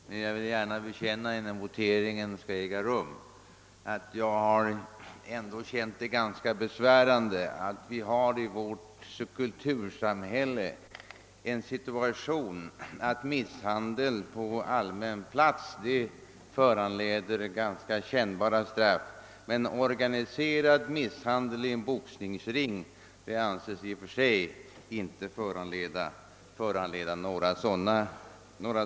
Men jag vill gärna bekänna innan voteringen skall äga rum, att jag ändå har känt det ganska besvärande att vi i vårt kultursamhälle har den situationen att misshandel på allmän plats föranleder rätt kännbart straff, men organiserad misshandel i boxningsring anses i och för sig inte föranleda något sådant.